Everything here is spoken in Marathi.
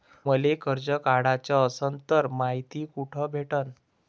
मले कर्ज काढाच असनं तर मायती कुठ भेटनं?